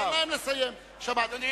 שמעתי.